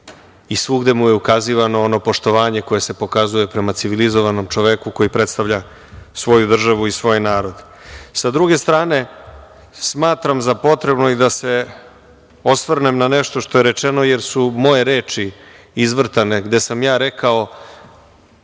i svugde mu je ukazivano ono poštovanje koje se pokazuje prema civilizovanom čoveku koji predstavlja svoju državu i svoj narod. Sa druge strane, smatram za potrebno da se osvrnem na nešto što je rečeno, jer su moje reči izvrtane gde sam rekao,